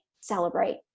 Celebrate